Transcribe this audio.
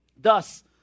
Thus